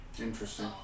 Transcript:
Interesting